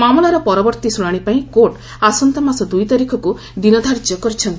ମାମଲାର ପରବର୍ତ୍ତୀ ଶୁଣାଣି ପାଇଁ କୋର୍ଟ ଆସନ୍ତାମାସ ଦୁଇତାରିଖକୁ ଦିନଧାର୍ଯ୍ୟ କରିଛନ୍ତି